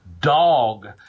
Dog